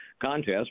contest